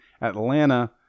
Atlanta